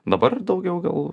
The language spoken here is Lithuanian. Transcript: dabar daugiau gal